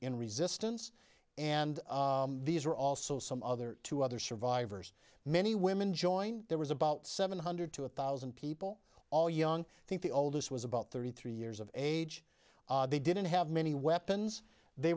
in resistance and these are also some other two other survivors many women joined there was about seven hundred to a thousand people all young think the oldest was about thirty three years of age they didn't have many weapons they